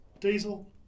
diesel